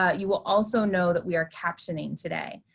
ah you will also know that we are captioning today,